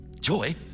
Joy